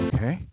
Okay